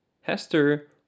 Hester